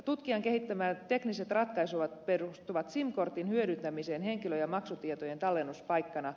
tutkijan kehittämät tekniset ratkaisut perustuvat sim kortin hyödyntämiseen henkilö ja maksutietojen tallennuspaikkana